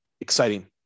exciting